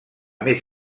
més